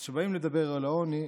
אז כשבאים לדבר על העוני,